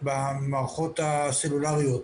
במערכות הסלולריות